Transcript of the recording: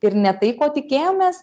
ir ne tai ko tikėjomės